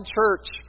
church